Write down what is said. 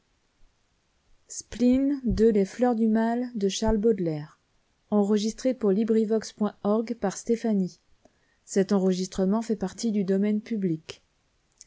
vo lontaire les fleurs du mal ne